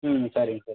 ம் சரிங்க சார்